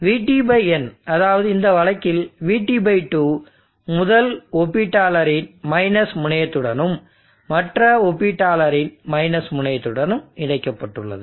VTn அதாவது இந்த வழக்கில் VT2 முதல் ஒப்பீட்டாளரின் - முனையத்துடனும் மற்ற ஒப்பீட்டாளரின் - முனையத்துடனும் இணைக்கப்பட்டுள்ளது